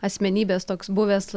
asmenybės toks buvęs